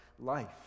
life